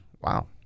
wow